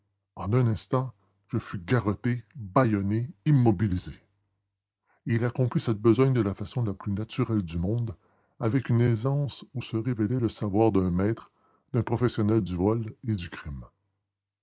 en un instant je fus garrotté bâillonné immobilisé et il accomplit cette besogne de la façon la plus naturelle du monde avec une aisance où se révélait le savoir d'un maître d'un professionnel du vol et du crime